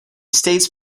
states